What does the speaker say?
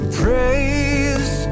praise